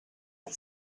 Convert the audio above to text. had